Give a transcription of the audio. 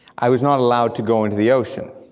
i was not allowed to go into the ocean.